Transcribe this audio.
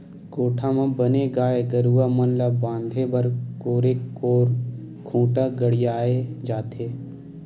कोठा म बने गाय गरुवा मन ल बांधे बर कोरे कोर खूंटा गड़ियाये जाथे